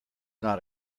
not